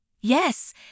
Yes